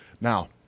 Now